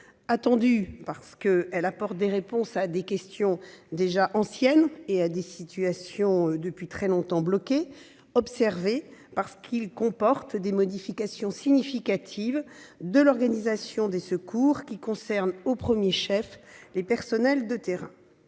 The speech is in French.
attendue, parce qu'elle apporte des réponses à des questions déjà anciennes et à des situations bloquées depuis trop longtemps. Elle est observée, parce qu'elle comporte des modifications significatives de l'organisation des secours, qui concernent au premier chef les personnels de terrain.